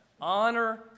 Honor